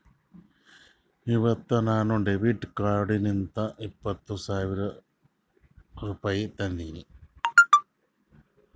ಇವತ್ ನಾ ಡೆಬಿಟ್ ಕಾರ್ಡ್ಲಿಂತ್ ಇಪ್ಪತ್ ಸಾವಿರ ರುಪಾಯಿ ತಂದಿನಿ